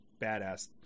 badass